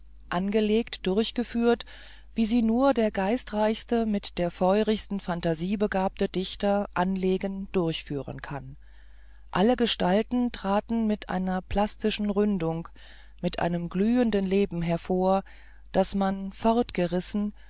angelegt durchgeführt wie sie nur der geistreichste mit der feurigsten phantasie begabte dichter anlegen durchführen kann alle gestalten traten mit einer plastischen ründung mit einem glühenden leben hervor daß man